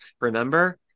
Remember